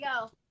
go